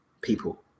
people